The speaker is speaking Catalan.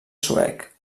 suec